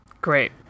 Great